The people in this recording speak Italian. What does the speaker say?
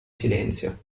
silenzio